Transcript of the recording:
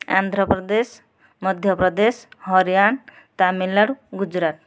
Andhra Pradesh Madhya Pradesh Haryana Tamil Nadu Gujarat